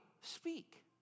speak